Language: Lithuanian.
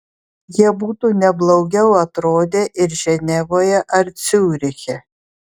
jie būtų ne blogiau atrodę ir ženevoje ar ciuriche